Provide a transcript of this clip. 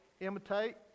imitate